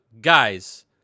guys